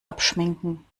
abschminken